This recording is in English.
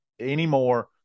anymore